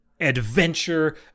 adventure